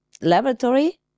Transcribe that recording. laboratory